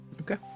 Okay